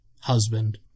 husband